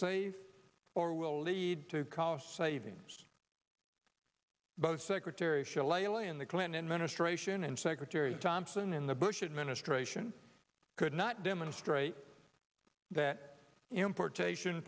safe or will lead to cost savings but secretary shalala in the clinton administration and secretary thompson in the bush administration could not demonstrate that importation